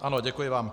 Ano, děkuji vám.